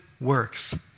works